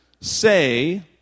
say